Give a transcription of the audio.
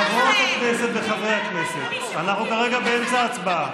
חברות הכנסת וחברי הכנסת, אנחנו כרגע באמצע הצבעה.